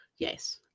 Yes